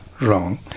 wrong